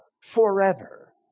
forever